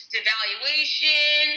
Devaluation